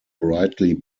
brightly